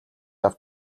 авч